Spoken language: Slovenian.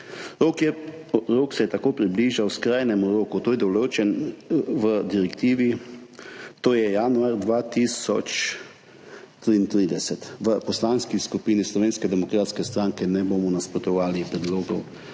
Rok se je tako približal skrajnemu roku, ki je določen v direktivi, to je januar 2033. V Poslanski skupini Slovenske demokratske stranke predlogu zakona ne bomo